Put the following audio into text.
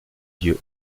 dieu